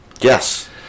Yes